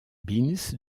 bills